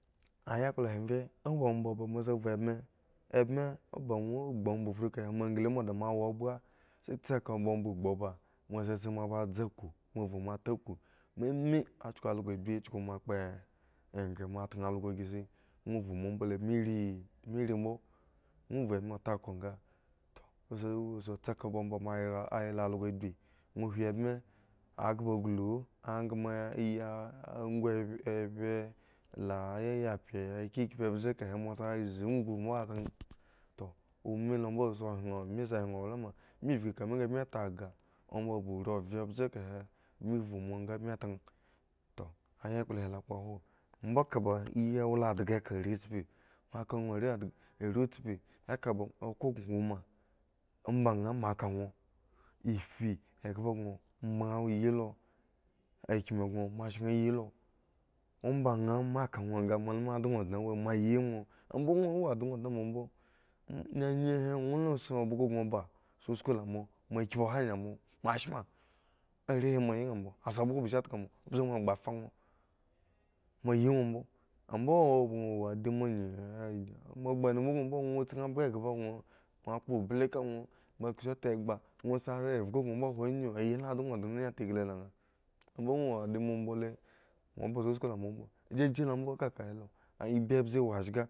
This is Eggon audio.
Ayukpla he muye owo omb bamoa vhu ebme, ebme o ba ŋwo gbu omba fru kahe moa fru kahe moa kla moa da moa wa kpapka a sha tsi eka omba ogbu ogbu ba moa sa si moa ba tse aku, moa vhu moa ta aku me me a chuku algo agbi a chuku moa kpe eghre a chuku moa dna algo ghre si dwo vhu moa mbo le brim rii mbmi rii mbo ŋwo vhu ebme ta ako nga toh sa tse eka omba moa yla, ayla algo agbi ŋwo hwi ebme akhp a aglu akma ya ah akho abye abye la yaya abye kikpi mbze kahe moa sa si ukhu mbo tani toh o me lo mbo sa hwin bmi sa hwin owlama bmi vki ekame nga bmi tary toh ayakplo ine lo kphow mbo eka ba yi wla dhga ka are tspi moa ka ŋwo are dhg are tspi eka ba okhro gŋo woma omba nha moa ka nha iphi egahla gŋo moa nyii lo akmu gŋo moa sheŋ yilo omba nha moa ka nwo nga moala adon dne wo moa yi ŋwo mbo ŋwo wo adoŋ dne moa mbo e nyenye hi ŋwo la si abhgo gŋo ba suskuŋ la moa moa kipho oha anyi mo moa shma are hi moa yi nha mbo a si bhgo ba si aka moa ombze moa kha fa ŋwo moa yi ŋwo mbo ambo owo boŋ wo a di moa ngyi eh moa kpha nmu ubin mbo ŋwo kpha zki abhgo eghgo eghba boŋ moa moa kpo mbli ka nu moa kso tagba nha ta ngli la nha mbo dwo wo a doŋ dne imbole ŋwo da susku la moa mbo mbo chinchan la mbo ekaka he lo ebyi mbze wo lga.